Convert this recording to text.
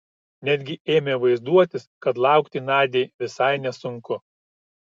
netgi ėmė vaizduotis kad laukti nadiai visai nesunku